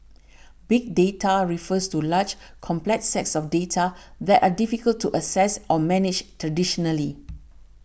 big data refers to large complex sets of data that are difficult to access or manage traditionally